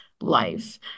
life